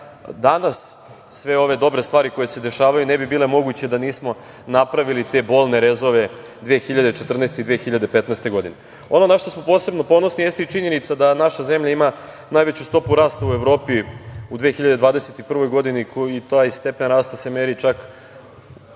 danas sve ove dobre stvari koje se dešavaju ne bi bile moguće da nismo napravili te bolne rezove 2014. i 2015. godine. Ono na šta smo posebno ponosni jeste i činjenica da naša zemlja ima najveću stopu rasta u Evropi u 2021. godini, i taj stepen rasta se meri, čak